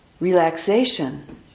relaxation